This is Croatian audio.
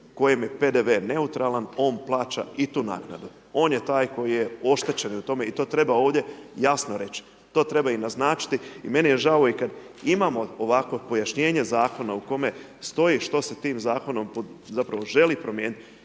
kojem je PDV neutralan on plaća i tu naknadu. On je taj koji je oštećen u tome i to treba ovdje jasno reći, to treba i naznačiti. I meni je žao i kad imamo ovakvo pojašnjenje zakona u kome stoji što se tim zakonom zapravo želi promijeniti